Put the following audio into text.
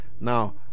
now